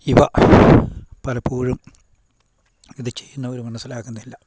ഇവ പലപ്പോഴും ഇത് ചെയ്യുന്നവർ മനസ്സിലാക്കുന്നില്ല